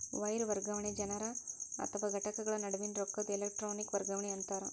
wire ವರ್ಗಾವಣೆ ಜನರ ಅಥವಾ ಘಟಕಗಳ ನಡುವಿನ್ ರೊಕ್ಕದ್ ಎಲೆಟ್ರೋನಿಕ್ ವರ್ಗಾವಣಿ ಅಂತಾರ